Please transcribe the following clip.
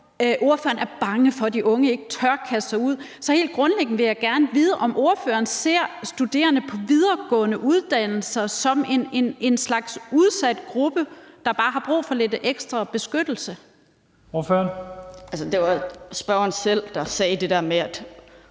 ordføreren er bange for, at de unge ikke tør kaste sig ud i det. Så helt grundlæggende vil jeg gerne vide, om ordføreren ser studerende på videregående uddannelser som en slags udsat gruppe, der bare har brug for lidt ekstra beskyttelse. Kl. 17:33 Første næstformand (Leif Lahn